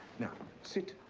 now, sit.